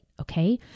Okay